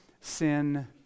sin